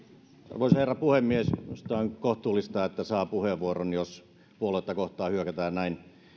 arvoisa herra puhemies minusta on kohtuullista että saa puheenvuoron jos puoluetta kohtaan hyökätään näin